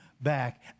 back